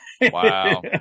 wow